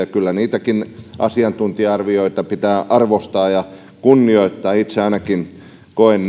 kyllä niitäkin asiantuntija arvioita pitää arvostaa ja kunnioittaa itse ainakin koen